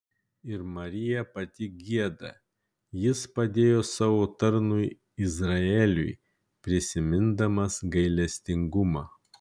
ir marija pati gieda jis padėjo savo tarnui izraeliui prisimindamas gailestingumą